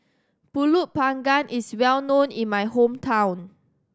Pulut Panggang is well known in my hometown